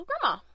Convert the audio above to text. grandma